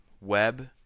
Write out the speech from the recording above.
web